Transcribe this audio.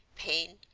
pain,